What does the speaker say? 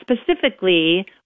specifically